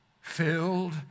filled